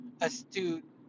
astute